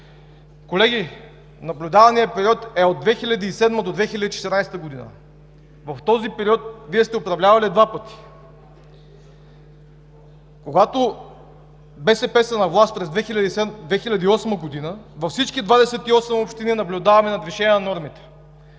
Колеги, наблюдаваният период е от 2007-а до 2014 г. В този период Вие сте управлявали два пъти. Когато БСП са на власт през 2008 г., във всички 28 общини наблюдаваме надвишение на нормите.